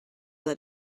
that